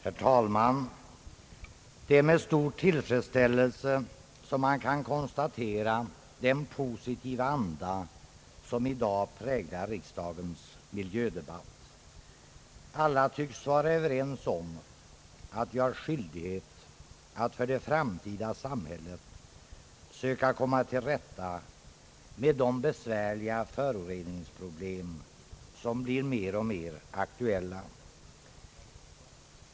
Herr talman! Det är med stor tillfredsställelse man kan konstatera den positiva anda som i dag präglar riksdagens miljödebatt. Alla parter tycks vara överens om att de har skyldighet att för det framtida samhället söka komma till rätta med de besvärliga föroreningsproblem som blir mer och mer aktuella.